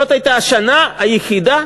זאת הייתה השנה היחידה